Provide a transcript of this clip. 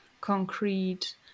concrete